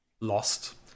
lost